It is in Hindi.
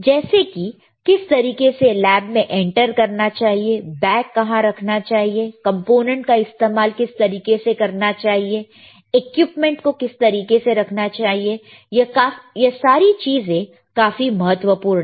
जैसे कि किस तरीके से लैब में एंटर करना चाहिए बैग कहां रखना चाहिए कंपोनेंट का इस्तेमाल किस तरीके से करना चाहिए इक्विपमेंट को किस तरीके से रखना चाहिए यह सारी चीज है काफी महत्वपूर्ण